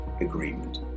agreement